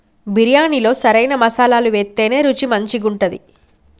బిర్యాణిలో సరైన మసాలాలు వేత్తేనే రుచి మంచిగుంటది